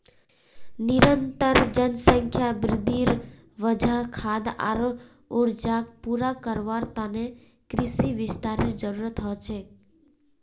निरंतर जनसंख्या वृद्धिर वजह खाद्य आर ऊर्जाक पूरा करवार त न कृषि विस्तारेर जरूरत ह छेक